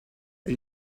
are